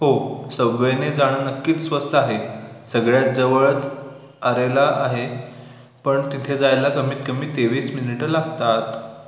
हो सबवेने जाणं नक्कीच स्वस्त आहे सगळ्यात जवळच आरलेला आहे पण तिथे जायला कमीत कमी तेवीस मिनिटं लागतात